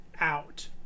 out